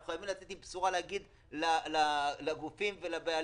אנחנו חייבים לצאת עם בשורה ולהגיד לגופים ולבעלים